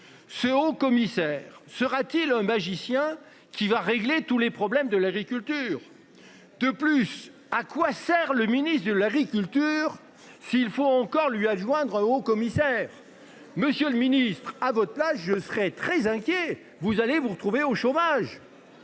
Ce haut commissaire sera-t-il un magicien qui va régler tous les problèmes de l'agriculture. De plus, à quoi sert le ministre de l'Agriculture. S'il faut encore lui adjoindre au commissaire. Monsieur le Ministre, à votre place je serais très inquiet. Vous allez vous retrouver au chômage.